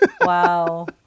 Wow